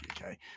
Okay